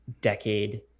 decade